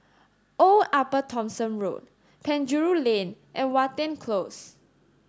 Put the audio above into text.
Old Upper Thomson Road Penjuru Lane and Watten Close